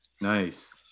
nice